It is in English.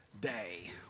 day